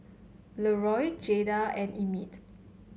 Leroy Jayda and Emit